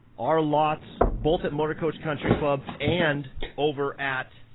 our lots both at motorcoach country club and over at